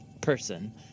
person